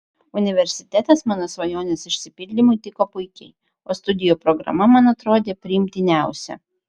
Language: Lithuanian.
universitetas mano svajonės išsipildymui tiko puikiai o studijų programa man atrodė priimtiniausia